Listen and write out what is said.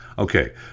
Okay